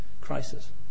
crisis